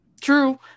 True